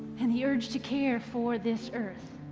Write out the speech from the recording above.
and the urge to care for this earth.